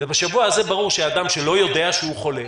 ובשבוע הזה ברור שאדם שלא יודע שהוא חולה